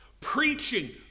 preaching